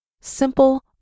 Simple